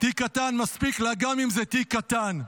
תיק קטן, "מספיק לה, גם אם זה תיק קטן".